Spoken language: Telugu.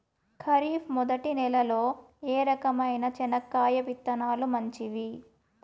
ఖరీఫ్ మొదటి నెల లో ఏ రకమైన చెనక్కాయ విత్తనాలు మంచివి